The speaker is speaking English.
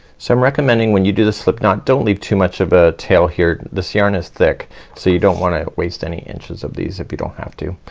so i'm recommending when you do the slipknot don't leave too much of a tail here. this yarn is thick so you don't wanna waste any inches of these if you don't have to.